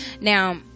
now